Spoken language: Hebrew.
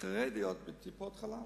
חרדיות בטיפות-חלב.